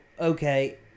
okay